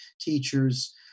teachers